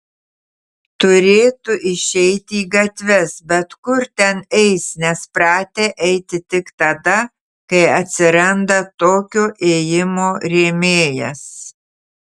turėtų išeiti į gatves bet kur ten eis nes pratę eiti tik tada kai atsiranda tokio ėjimo rėmėjas